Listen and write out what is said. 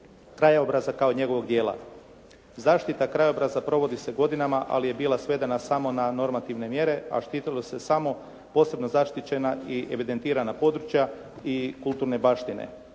krajobraza kao njegovog dijela. Zaštita krajobraza provodi se godinama ali je bila svedena samo na normativne mjere, a štitilo se samo posebno zaštićena i evidentirana područja i kulturne baštine.